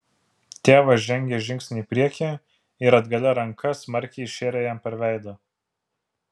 tėvas žengė žingsnį į priekį ir atgalia ranka smarkiai šėrė jam per veidą